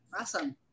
Awesome